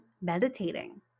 meditating